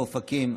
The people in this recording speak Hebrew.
באופקים.